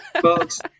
folks